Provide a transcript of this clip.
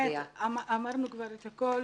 אמרנו כבר את הכול,